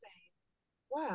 Wow